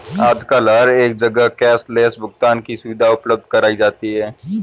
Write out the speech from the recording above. आजकल हर एक जगह कैश लैस भुगतान की सुविधा उपलब्ध कराई जाती है